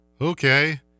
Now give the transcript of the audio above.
okay